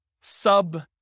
sub